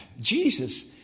Jesus